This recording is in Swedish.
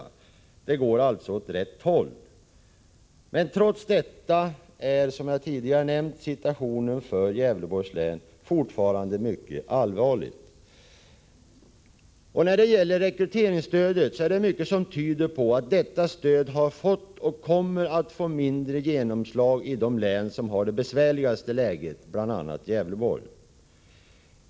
Det går alltså åt rätt håll. Men trots detta är, som jag tidigare nämnt, situationen för Gävleborgs län fortfarande mycket allvarlig. När det gäller rekryteringsstödet är det mycket som tyder på att detta stöd har fått, och kommer att få, mindre genomslag i de län som har det bevärligaste läget, bl.a. Gävleborg.